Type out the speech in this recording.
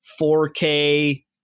4K